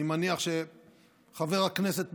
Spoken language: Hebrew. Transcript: אני מניח שחבר הכנסת פרופ'